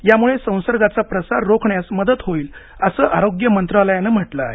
यामुळे संसर्गाचा प्रसार रोखण्यास मदत होईल असं आरोग्य मंत्रालयानं म्हटलं आहे